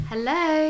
Hello